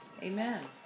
Amen